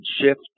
shift